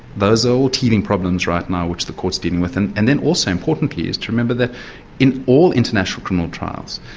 those are all teething problems right now which the court's dealing with, and and then also importantly is to remember that in all international criminal trials,